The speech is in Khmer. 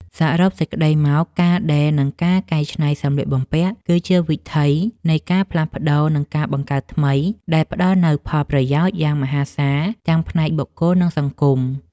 សរុបសេចក្ដីមក ការដេរ និងការកែច្នៃសម្លៀកបំពាក់ គឺជាវិថីនៃការផ្លាស់ប្តូរ និងការបង្កើតថ្មី ដែលផ្ដល់នូវផលប្រយោជន៍យ៉ាងមហាសាលទាំងផ្នែកបុគ្គល និងសង្គម។